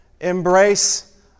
embrace